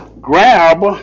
grab